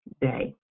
day